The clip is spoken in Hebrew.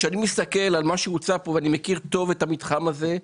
כשאני מסתכל על מה שהוצע פה ואני מכיר טוב את המתחם הזה,